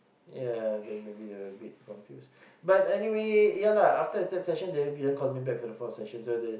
yeah then maybe they a bit confused but anyway yeah lah after the third session they won't be coming back for the fourth session so the